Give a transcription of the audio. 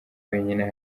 wenyine